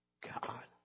God